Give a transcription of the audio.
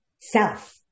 self